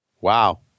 Wow